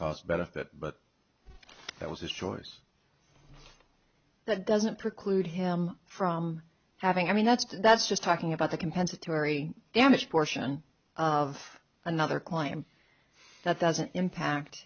cost benefit but that was his choice that doesn't preclude him from having i mean that's that's just talking about the compensatory damages portion of another crime that doesn't impact